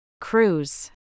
Cruise